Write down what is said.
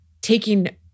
taking